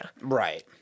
Right